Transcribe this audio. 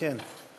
כן.